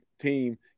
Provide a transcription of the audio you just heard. team